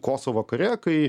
kosovo kare kai